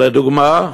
לדוגמה,